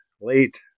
late